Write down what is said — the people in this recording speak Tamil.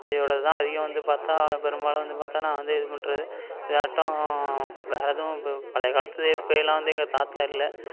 விஜயோடது தான் அதிகம் வந்து பார்த்தா பெரும்பாலும் வந்து பார்த்தா நான் வந்து இது பண்ணுறது இதாட்டம் வேற எதுவும் இப்போ பழைய காலத்து இப்பவெல்லாம் வந்து எங்கள் தாத்தா இல்லை